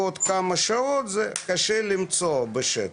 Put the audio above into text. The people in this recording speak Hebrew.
בעוד כמה שעות קשה למצוא בשתן.